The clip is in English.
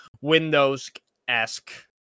Windows-esque